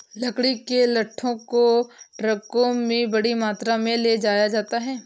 लकड़ी के लट्ठों को ट्रकों में बड़ी मात्रा में ले जाया जाता है